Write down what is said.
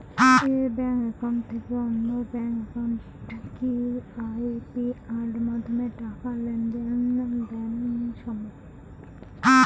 এক bank account থেকে অন্য ব্যাংক একাউন্টে কি ইউ.পি.আই মাধ্যমে টাকার লেনদেন দেন সম্ভব?